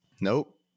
Nope